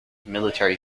military